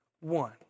One